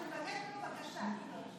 אני מבקשת ממנו בקשה.